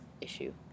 issue